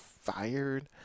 fired